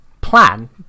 plan